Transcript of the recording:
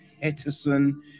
Peterson